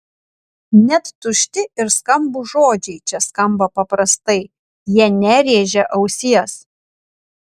net tušti ir skambūs žodžiai čia skamba paprastai jie nerėžia ausies